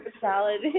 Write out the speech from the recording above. salad